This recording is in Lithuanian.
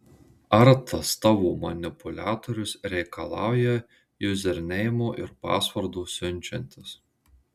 ar tas tavo manipuliatorius reikalauja juzerneimo ir pasvordo siunčiantis